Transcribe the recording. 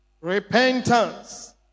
Repentance